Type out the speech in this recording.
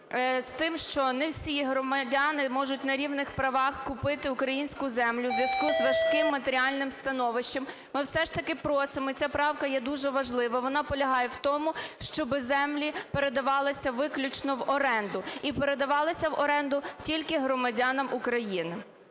з тим, що не всі громадяни можуть на рівних правах купити українську землю у зв'язку з важким матеріальним становищем, ми все ж таки просимо, і ця правка є дуже важливою, вона полягає в тому, щоби землі передавалися виключно в оренду і передавалися в оренду тільки громадянам України.